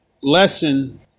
lesson